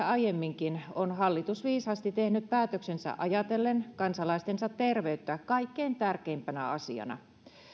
aiemminkin on hallitus viisaasti tehnyt päätöksensä ajatellen kansalaistensa terveyttä kaikkein tärkeimpänä asiana